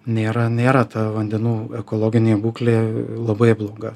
nėra nėra ta vandenų ekologinė būklė labai bloga